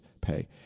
pay